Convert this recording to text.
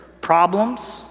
problems